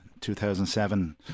2007